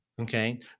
Okay